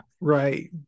right